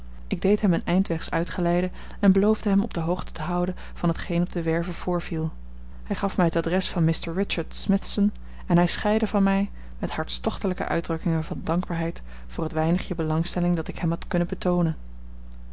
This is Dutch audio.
ik deed hem een eind wegs uitgeleide en beloofde hem op de hoogte te houden van t geen op de werve voorviel hij gaf mij t adres van mr richard smithson en hij scheidde van mij met hartstochtelijke uitdrukkingen van dankbaarheid voor het weinigje belangstelling dat ik hem had kunnen betoonen